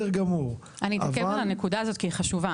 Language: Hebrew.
אני אתעכב על הנקודה הזאת כי היא חשובה,